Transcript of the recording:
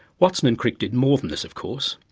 watson and crick did more than this of course,